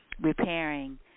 repairing